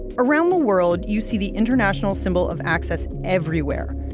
around the world, you see the international symbol of access everywhere.